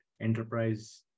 enterprise